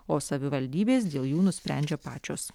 o savivaldybės dėl jų nusprendžia pačios